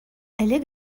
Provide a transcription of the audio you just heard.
элек